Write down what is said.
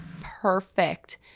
perfect